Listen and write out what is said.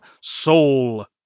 soul